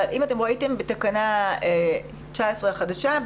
אם אתם ראיתם בתקנה 19 החדשה,